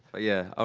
yeah, ah